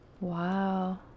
wow